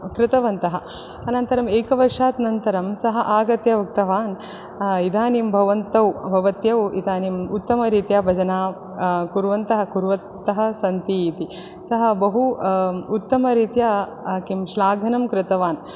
कृतवन्तः अनन्तरम् एकवर्षानन्तरं सः आगत्य उक्तवान् इदानीं भवन्तौ भवत्यौ इदानीम् उत्तमरीत्या भजनं कुर्वन्तः कुर्वत्यः सन्ति इति सः बहु उत्तमरीत्या किं श्लाघनं कृतवान्